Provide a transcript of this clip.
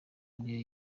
ariyo